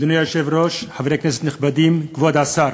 אדוני היושב-ראש, חברי כנסת נכבדים, כבוד השר,